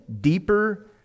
deeper